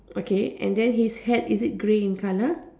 okay and then his hat is it grey in color